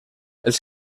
els